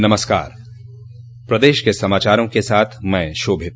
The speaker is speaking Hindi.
नमस्कार प्रदेश के समाचारों के साथ मैं शोभित